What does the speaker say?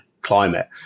climate